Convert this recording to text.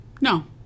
No